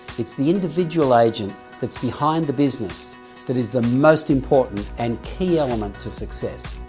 it's the individual agent that's behind the business that is the most important and key element to success.